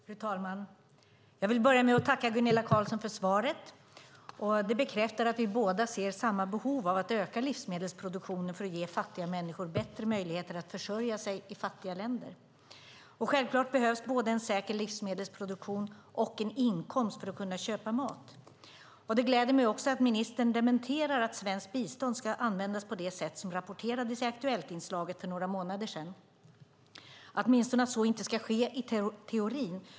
Fru talman! Jag vill börja med att tacka Gunilla Carlsson för svaret. Det bekräftar att vi båda ser samma behov av att öka livsmedelsproduktionen för att ge fattiga människor bättre möjligheter att försörja sig i fattiga länder. Självklart behövs både en säker livsmedelsproduktion och en inkomst för att kunna köpa mat. Det gläder mig att ministern dementerar att svenskt bistånd används på det sätt som rapporterades i Aktuellt inslaget för några månader sedan. Åtminstone ska så inte ske i teorin.